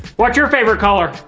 what's your favorite color?